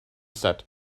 said